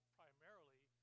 primarily